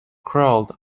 crawled